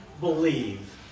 believe